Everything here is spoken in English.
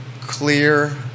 clear